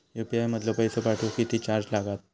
UPI मधलो पैसो पाठवुक किती चार्ज लागात?